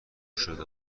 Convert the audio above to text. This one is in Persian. شده